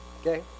okay